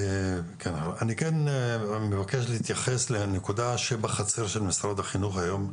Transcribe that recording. אני כן מבקש להתייחס לנקודה שבחצר של משרד החינוך היום,